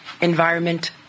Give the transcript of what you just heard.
environment